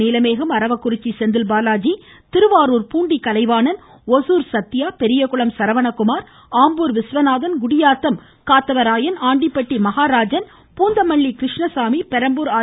Neelamegam Aravakurichi Senthilbalaji Thiruvarur Poondi Kalaivanan Hosur Sathya Periyakulam Saravanakumar Ambur Viswanathan Gudiyatham Kathavarayan Andipatti Maharajan Poonamallee Krishnasamy Perambur R